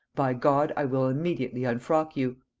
by god i will immediately unfrock you.